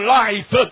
life